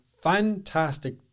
fantastic